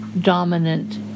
dominant